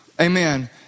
Amen